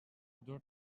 dört